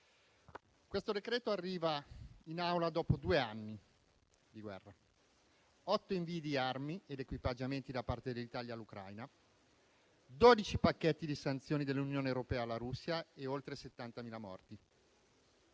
esame arriva in Aula dopo due anni di guerra, otto invii di armi ed equipaggiamenti da parte dell'Italia all'Ucraina, dodici pacchetti di sanzioni dell'Unione europea alla Russia e oltre 70.000 morti.